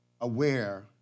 aware